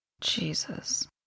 Jesus